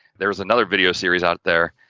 there's another video series out there,